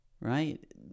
right